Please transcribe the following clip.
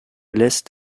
laissent